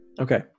Okay